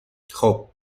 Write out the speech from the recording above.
خوب